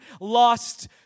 lost